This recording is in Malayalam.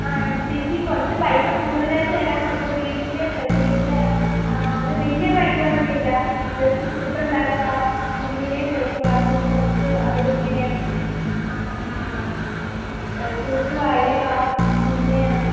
ആ ചേച്ചി കുറച്ച് പൈസ കൂടുതലായിട്ട് തരാം ഇപ്പം വീട്ടിൽ പ്രത്യേകിച്ച് വലിയ പണികളൊന്നും ഇല്ല ജസ്റ്റ് ഫുഡ് ഉണ്ടാക്കുക കുഞ്ഞിനെ നോക്കുക പിന്നെ കുറച്ച് അവിടെ ഇങ്ങനെ തൂത്ത് വാരുക പിന്നെ